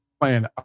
playing